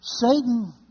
Satan